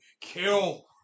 kill